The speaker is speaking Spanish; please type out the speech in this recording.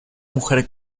mujer